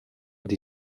die